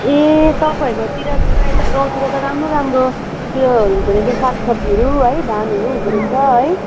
ए तपाईँहरूकोतिर त यता गाउँतिर त राम्रो राम्रो उयो हुँदो रहेछ साग सब्जीहरू है धानहरू हुँदो रहेछ है